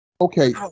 Okay